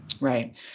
Right